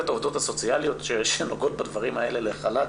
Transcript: את העובדות הסוציאליות שנוגעות בדברים האלה לחל"ת